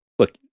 Look